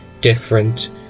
different